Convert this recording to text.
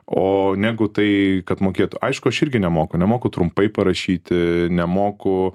o negu tai kad mokėtų aišku aš irgi nemoku nemoku trumpai parašyti nemoku